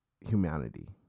humanity